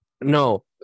No